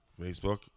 Facebook